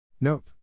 Nope